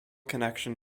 connection